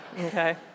Okay